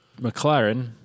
McLaren